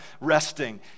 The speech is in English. resting